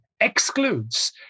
excludes